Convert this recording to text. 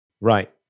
Right